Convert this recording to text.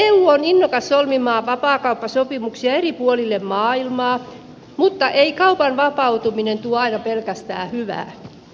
eu on innokas solmimaan vapaakauppasopimuksia eri puolille maailmaa mutta ei kaupan vapautuminen tuo aina pelkästään hyvää